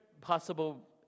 possible